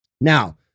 Now